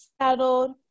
settled